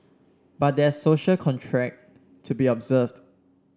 but there's a social contract to be observed